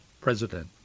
president